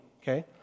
okay